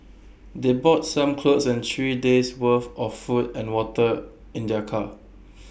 they brought some clothes and three days' worth of food and water in their car